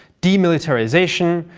demilitarization,